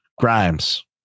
Grimes